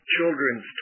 children's